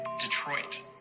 Detroit